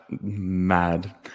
Mad